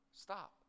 stop